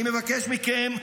אני מבקש מכן: